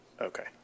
Okay